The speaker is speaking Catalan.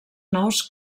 nous